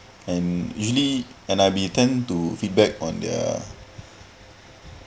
and usually and I be tend to feedback on their